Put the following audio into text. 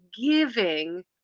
giving